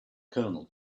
kernel